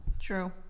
True